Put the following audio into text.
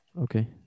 Okay